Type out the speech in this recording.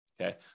Okay